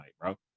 bro